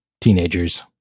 teenagers